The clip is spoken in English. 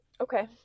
okay